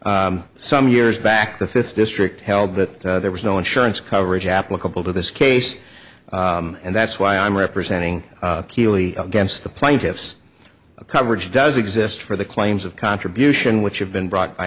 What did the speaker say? here some years back the fifth district held that there was no insurance coverage applicable to this case and that's why i'm representing keeley against the plaintiffs a coverage does exist for the claims of contribution which have been brought by